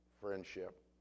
friendship